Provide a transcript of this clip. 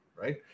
Right